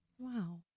Wow